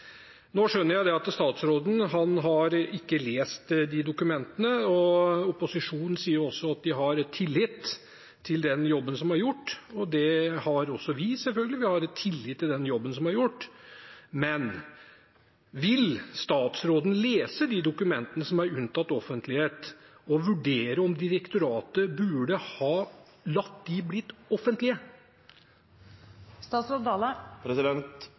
Nå skjønner jeg at statsråden ikke har lest de dokumentene. Opposisjonen sier at de har tillit til den jobben som er gjort, og det har også vi, selvfølgelig, vi har tillit til den jobben som er gjort. Men vil statsråden lese de dokumentene som er unntatt offentlighet, og vurdere om direktoratet burde ha latt